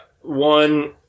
one